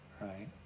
right